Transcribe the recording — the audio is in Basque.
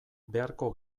beharko